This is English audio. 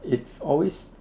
it's always